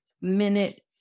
minute